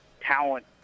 talent